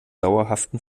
dauerhaften